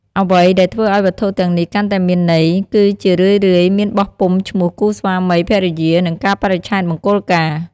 អ្វីដែលធ្វើឲ្យវត្ថុទាំងនេះកាន់តែមានន័យ គឺវាជារឿយៗមានបោះពុម្ពឈ្មោះគូស្វាមីភរិយា និងកាលបរិច្ឆេទមង្គលការ។